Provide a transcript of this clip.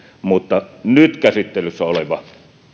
mutta nyt käsittelyssä oleva